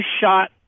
shot